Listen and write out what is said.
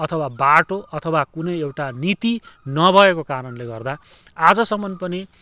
अथवा बाटो अथवा कुनै एउटा नीति नभएको कारणले गर्दा आजसम्म पनि